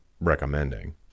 recommending